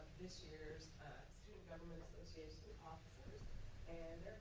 this year's student government association officers and